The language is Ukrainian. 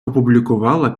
опублікувала